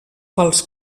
pels